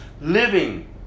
living